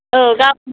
औ